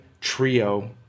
trio